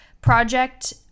project